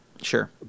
sure